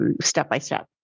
step-by-step